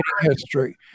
history